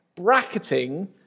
bracketing